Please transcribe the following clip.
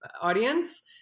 audience